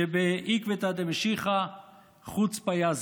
"בעקבתא דמשיחא חוצפה יסגא".